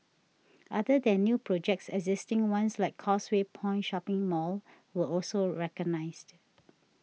other than new projects existing ones like Causeway Point shopping mall were also recognised